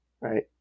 right